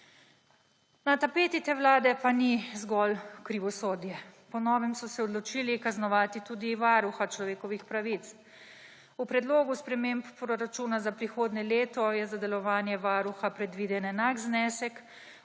Na tapeti te vlade pa ni zgolj krivosodje. Po novem so se odločili kaznovati tudi Varuha človekovih pravic. V Predlogu sprememb proračuna za prihodnje leto je za delovanje Varuha predviden enak znesek,